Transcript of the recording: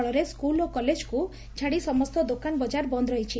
ଫଳରେ ସ୍କୁଲ୍ ଓ କଲେଜକୁ ଛାଡ଼ି ସମସ୍ତ ଦୋକାନ ବକାର ବନ୍ଦ୍ ରହିଛି